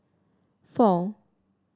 four